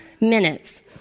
minutes